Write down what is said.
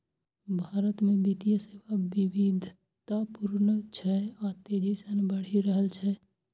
भारत मे वित्तीय सेवा विविधतापूर्ण छै आ तेजी सं बढ़ि रहल छै